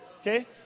Okay